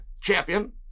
champion